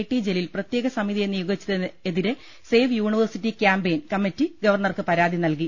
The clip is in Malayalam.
ടി ജലീൽ പ്രത്യേക സമിതിയെ നിയോഗിച്ചതിനെതിരെ സേവ് യൂണിവേഴ്സിറ്റി ക്യാമ്പയിൻ കമ്മിറ്റി ഗവർണർക്ക് പരാതി നൽകി